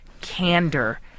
candor